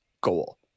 goal